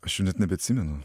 aš jau net nebeatsimenu